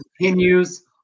continues